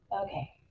Okay